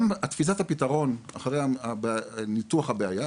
תפיסת הפתרון לאחר ניתוח הבעיה,